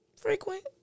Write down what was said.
Frequent